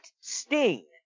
Sting